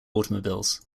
automobiles